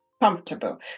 Comfortable